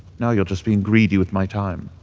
now you're just being greedy with my time.